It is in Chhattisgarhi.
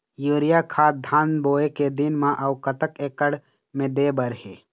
यूरिया खाद धान बोवे के दिन म अऊ कतक एकड़ मे दे बर हे?